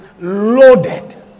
loaded